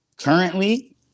Currently